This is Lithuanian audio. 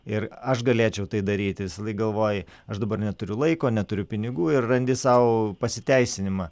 ir aš galėčiau tai daryti visąlaik galvoji aš dabar neturiu laiko neturiu pinigų ir randi sau pasiteisinimą